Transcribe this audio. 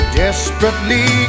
desperately